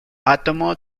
átomo